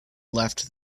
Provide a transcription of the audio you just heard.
left